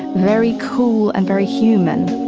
very cool and very human,